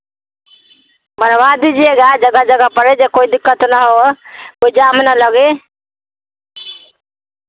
बनवा दीजिएगा जगह जगह पर जो कोई दिक्कत न हो कोई जाम न लगे